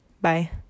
Bye